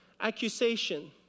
Accusation